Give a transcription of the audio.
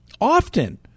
often